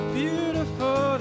beautiful